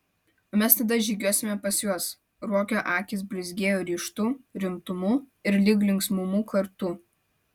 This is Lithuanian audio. o mes tada žygiuosime pas juos ruokio akys blizgėjo ryžtu rimtumu ir lyg linksmumu kartu